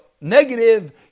negative